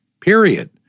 period